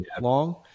long